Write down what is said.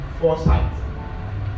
Foresight